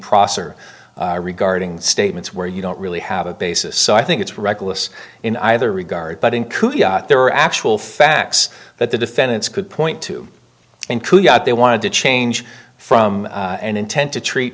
prosser regarding statements where you don't really have a basis so i think it's reckless in either regard but in kuki there are actual facts that the defendants could point to and they wanted to change from an intent to treat